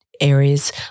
areas